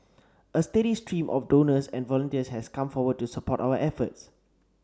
a steady stream of donors and volunteers has come forward to support our efforts